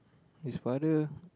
this father